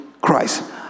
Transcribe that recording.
Christ